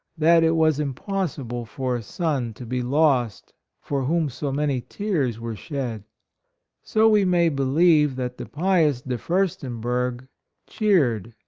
that it was impossible for a son to be lost for whom so many tears were shed so we may believe that the pious de furstenberg cheered,